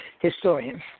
historian